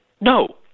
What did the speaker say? No